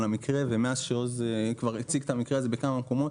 המקרה - ועוז הציג את המקרה הזה בכמה מקומות,